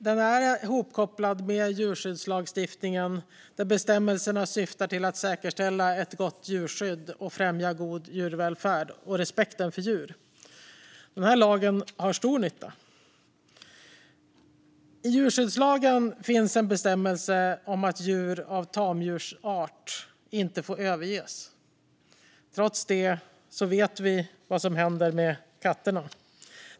Den är hopkopplad med djurskyddslagstiftningen där bestämmelserna syftar till att säkerställa ett gott djurskydd, att främja god djurvälfärd och respekten för djur. Den här lagen har stor nytta. I djurskyddslagen finns en bestämmelse om att djur av tamdjursart inte får överges. Trots det vet vi vad som händer med katterna.